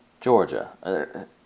Georgia